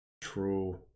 True